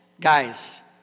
guys